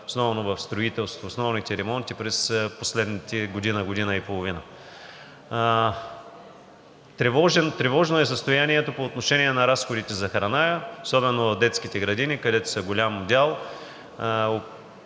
основно в строителството, в основните ремонти през последните година, година и половина. Тревожно е състоянието по отношение разходите за храна, особено в детските градини, където са голям дял.